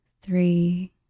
three